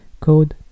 code